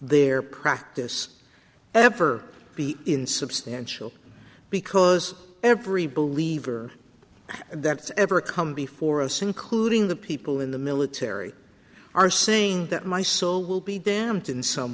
their practice ever be insubstantial because every believer that's ever come before us including the people in the military are saying that my soul will be damped in some